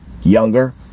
younger